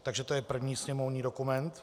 Takže to je první sněmovní dokument.